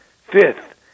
Fifth